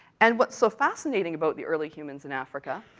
and what's so fascinating about the early humans in africa,